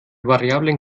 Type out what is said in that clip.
variablen